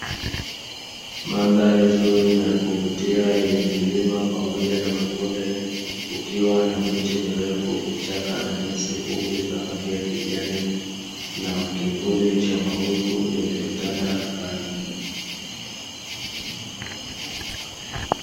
Mandhari nzuri na ya kuvutia yenye vilima pamoja na mabonde, kukiwa na miti mirefu vichaka na nyasi fupi za rangi ya kijani na kivuli cha mawingu yaliyotanda angani.